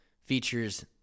features